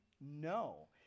No